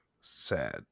sad